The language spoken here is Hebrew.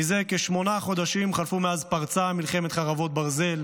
כשמונה חודשים חלפו מאז פרצה מלחמת חרבות ברזל,